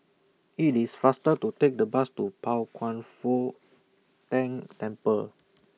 IT IS faster to Take The Bus to Pao Kwan Foh Tang Temple